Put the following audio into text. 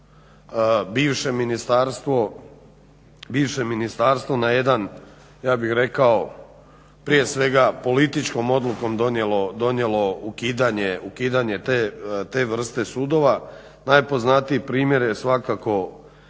bivše ministarstvo na jedan ja bih rekao prije svega političkom odlukom donijelo ukidanje te vrste sudova. Najpoznatiji primjer je svakako